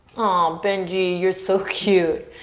benji, you're so cute.